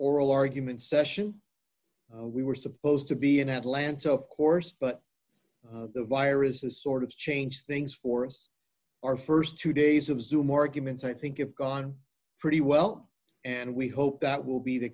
oral arguments session we were supposed to be in atlanta of course but the viruses sort of changed things for us our st two days of zoom arguments i think you've gone pretty well and we hope that will be the